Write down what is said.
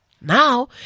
Now